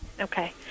Okay